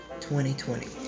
2020